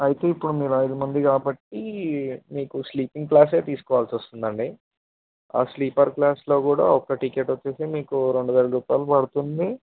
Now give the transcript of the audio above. అయితే ఇప్పుడు మీరు ఐదు మంది కాబట్టి మీకు స్లీపింగ్ క్లాస్ తీసుకోవాల్సి వస్తుంది అండి ఆ స్లీపర్ క్లాస్లో కూడా ఒక టికెట్ వచ్చి మీకు రెండు వేల రూపాయలు పడుతుంది